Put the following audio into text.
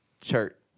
chart